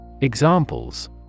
Examples